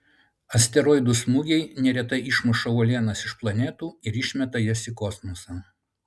asteroidų smūgiai neretai išmuša uolienas iš planetų ir išmeta jas į kosmosą